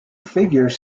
figures